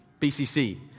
BCC